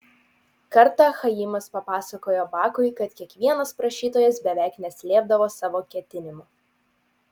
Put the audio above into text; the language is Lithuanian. kartą chaimas papasakojo bakui kad kiekvienas prašytojas beveik neslėpdavo savo ketinimų